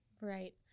Right